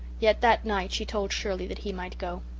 yet that night she told shirley that he might go.